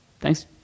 Thanks